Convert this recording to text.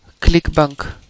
Clickbank